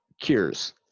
cures